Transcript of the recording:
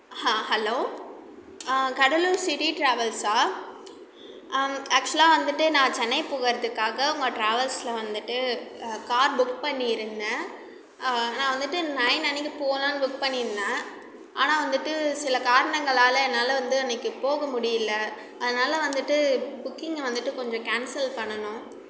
hello Cuddalore city ட்ராவல்சா ஆக்சுவலாக வந்துட்டு நான் சென்னை போகிறதுக்காக உங்கள் ட்ராவல்ஸில் வந்துட்டு கார் புக் பண்ணி இருந்தேன் நான் வந்துட்டு நைன் அன்னிக்கி போகலாம்னு புக் பண்ணியிருந்தேன் ஆனால் வந்துட்டு சில காரணங்களால் என்னால் வந்து அன்னிக்கி போக முடியலை அதனால் வந்துட்டு புக்கிங்கை வந்துட்டு கொஞ்சம் கேன்சல் பண்ணணும்